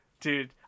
Dude